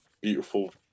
beautiful